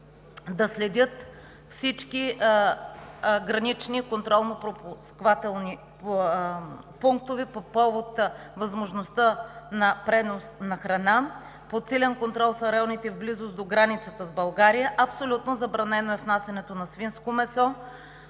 мониторинг всички гранични контролно-пропускателни пунктове по повод възможността на пренос на храна, подсилен контрол за районите в близост до границата с България. Абсолютно забранено е внасянето на свинско месо